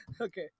Okay